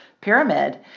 pyramid